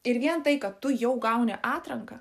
ir vien tai kad tu jau gauni atranką